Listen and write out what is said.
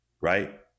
right